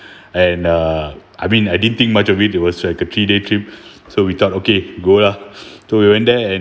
and uh I mean I didn't think much of it it was like a three day trip so we thought okay go lah so we went there and